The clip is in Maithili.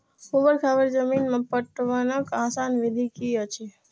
ऊवर खावर जमीन में पटवनक आसान विधि की अछि?